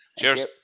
Cheers